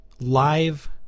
live